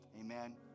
Amen